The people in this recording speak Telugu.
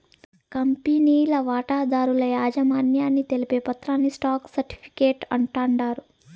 కంపెనీల వాటాదారుల యాజమాన్యాన్ని తెలిపే పత్రాని స్టాక్ సర్టిఫీకేట్ అంటాండారు